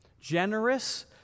generous